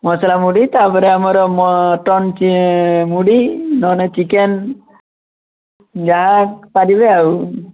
ସଲା ମୁଢି ତା'ପରେ ଆମର ଟଙ୍କି ମୁଢ଼ି ନ ହେଲେ ଚିକେନ୍ ଯାହା ପାରିବେ ଆଉ